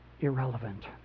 irrelevant